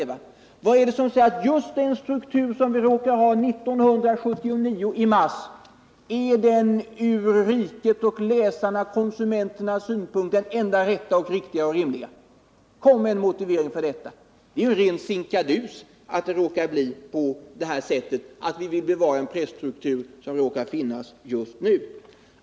Vad är det som säger att just den struktur som vi råkar ha i mars 1979 är den från rikets och läsarnaskonsumenternas synpunkt enda riktiga och rimliga? Kom med en motivering till det! Det är ju en ren sinkadus att det blir på det här sättet, att vi bevarar en presstruktur som råkar finnas just nu.